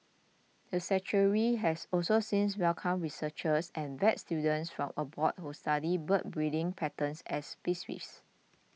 the sanctuary has also since welcomed researchers and vet students from abroad who study bird breeding patterns and species